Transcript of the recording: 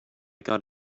got